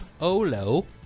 Olo